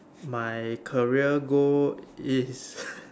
my career goal is